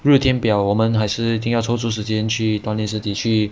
日天表我们还是一定要抽出时间去锻炼身体去